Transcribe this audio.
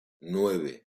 nueve